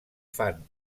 fan